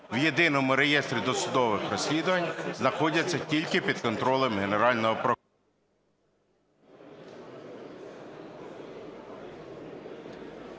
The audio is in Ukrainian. в Єдиному реєстрі досудових розслідувань знаходяться тільки під контролем Генерального…